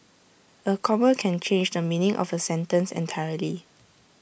A comma can change the meaning of A sentence entirely